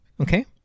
Okay